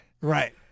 right